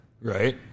Right